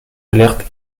alertes